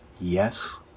yes